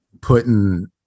putting